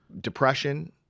depression